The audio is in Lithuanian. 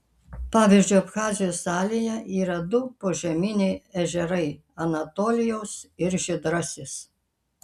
pavyzdžiui abchazijos salėje yra du požeminiai ežerai anatolijaus ir žydrasis